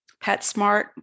PetSmart